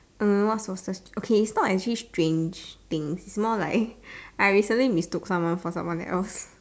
err what sources okay is actually not strange things is more like I recently mistook someone for someone else